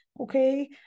okay